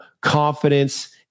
confidence